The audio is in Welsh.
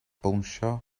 bownsio